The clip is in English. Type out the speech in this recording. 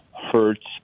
hertz